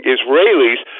Israelis